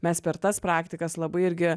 mes per tas praktikas labai irgi